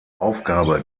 aufgabe